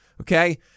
Okay